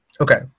okay